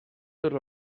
tots